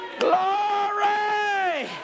Glory